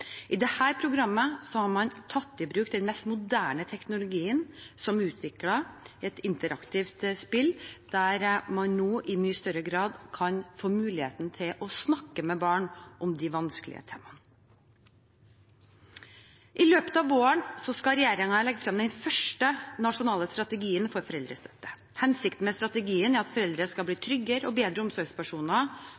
I dette programmet har man tatt i bruk den mest moderne teknologien for å utvikle et interaktivt spill der man i mye større grad kan få muligheten til å snakke med barn om de vanskelige temaene. I løpet av våren skal regjeringen legge frem den første nasjonale strategien for foreldrestøtte. Hensikten med strategien er at foreldre skal bli